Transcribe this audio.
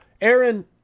Aaron